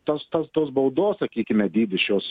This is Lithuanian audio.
tos tos tos baudos sakykime dydis šios